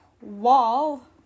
wall